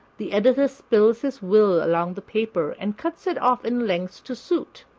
the editor spills his will along the paper and cuts it off in lengths to suit.